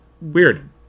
Weird